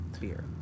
beer